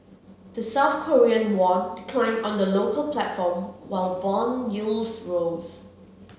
the South Korean won declined on the local platform while bond yields rose